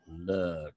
Look